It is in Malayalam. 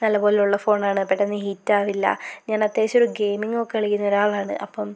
നല്ല പോലുള്ള ഫോണാണ് പെട്ടന്ന് ഹീറ്റവില്ല ഞാനത്യാവശ്യം ഒരു ഗെയിമിങ്ങ് ഒക്കെ കളിക്കുന്ന ഒരാളാണ് അപ്പം